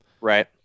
right